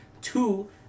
Two